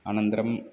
अनन्तरम्